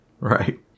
Right